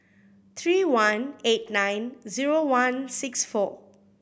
three one eight nine zero one six four